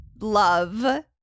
love